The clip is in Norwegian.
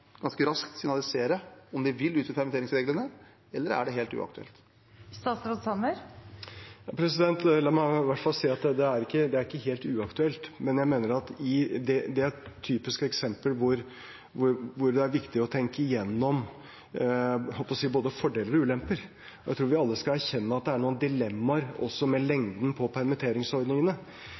ganske raskt signalisere om de vil utvide permitteringsreglene, eller er det helt uaktuelt? La meg i hvert fall si at det ikke er helt uaktuelt, men jeg mener at det er et typisk eksempel hvor det er viktig å tenke gjennom – jeg holdt på å si – både fordeler og ulemper. Jeg tror vi alle skal erkjenne at det er noen dilemmaer også med lengden på permitteringsordningene.